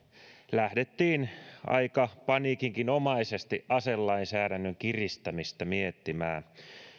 lähdettiin aika paniikinomaisestikin aselainsäädännön kiristämistä miettimään